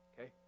Okay